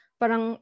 parang